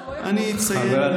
אני אציין,